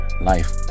life